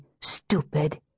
stupid